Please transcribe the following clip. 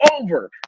over